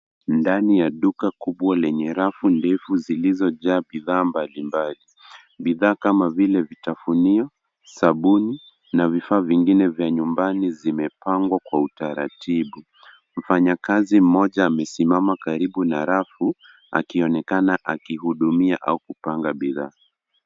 Ndani ya duka kubwa yenye rafu ndefu zilizojaa bidhaa mbalimbali. Bidhaa kama vile vitafunio, sabuni na vifaa vingine vya nyumbani zimepangwa kwa utaratibu. Mfanyakazi mmoja amesimama karibu na rafu akionekana akihudumia au kupanga bidhaa.